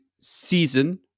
season